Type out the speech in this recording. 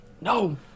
no